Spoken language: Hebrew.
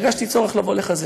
הרגשתי צורך לבוא לחזק.